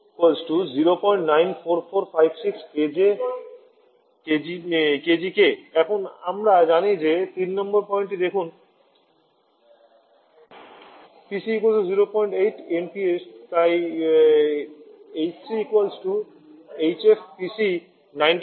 PE 094456 kJkgK এখন আমরা জানি যে 3 নং পয়েন্টটি দেখুন PC 08 MPa তাই h3 hf